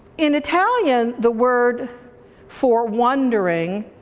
in italian the word for wandering,